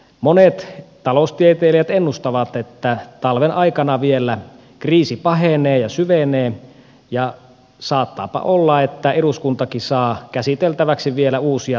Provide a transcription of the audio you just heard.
monet taloustieteilijät ennustavat että talven aikana kriisi vielä pahenee ja syvenee ja saattaapa olla että eduskuntakin saa käsiteltäväksi vielä uusia tukipaketteja